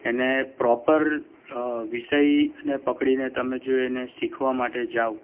એને પ્રોપર વિષય ને પકડીને તમે જોઈને શીખવા માટે જાઓ